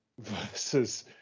versus